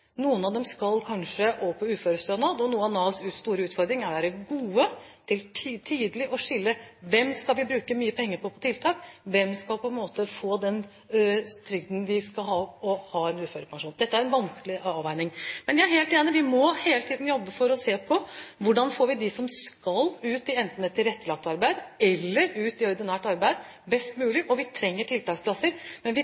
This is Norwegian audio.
Noen av dem skal kanskje over på uførestønad. Noe av Navs store utfordring er å være god til tidlig å skille: Hvem skal vi bruke mye penger på på tiltak? Hvem skal på en måte få den trygden de skal ha, og ha en uførepensjon? Dette er en vanskelig avveining. Men jeg er helt enig, vi må hele tiden jobbe best mulig for å se på hvordan vi får de som skal ut enten i et tilrettelagt arbeid eller i ordinært arbeid. Vi trenger tiltaksplasser, men vi